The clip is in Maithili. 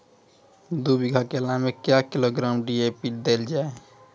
दू बीघा केला मैं क्या किलोग्राम डी.ए.पी देले जाय?